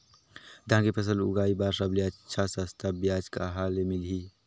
धान के फसल उगाई बार सबले अच्छा सस्ता ब्याज कहा ले मिलही?